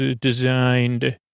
designed